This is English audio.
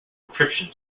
encryption